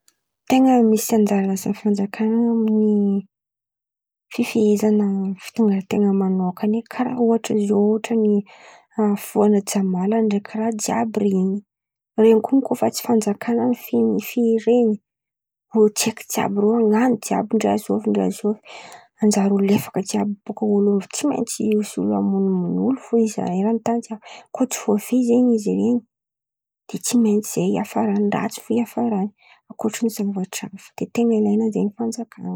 Ten̈a misy anjara asa fanjakan̈a ny fifehezan̈a fitondraten̈any manokan̈a karà ôhatra ziô ohatran'ny fifohana jamàla ndraiky raha jiàby iren̈y.